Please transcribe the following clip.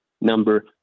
number